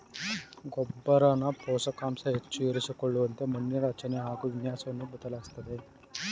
ಗೊಬ್ಬರನ ಪೋಷಕಾಂಶ ಹೆಚ್ಚು ಇರಿಸಿಕೊಳ್ಳುವಂತೆ ಮಣ್ಣಿನ ರಚನೆ ಹಾಗು ವಿನ್ಯಾಸವನ್ನು ಬದಲಾಯಿಸ್ತದೆ